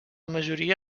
majoria